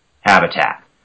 habitat